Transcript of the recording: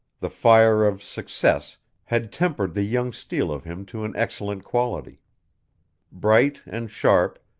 the fire of success had tempered the young steel of him to an excellent quality bright and sharp,